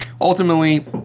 ultimately